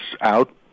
out